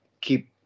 keep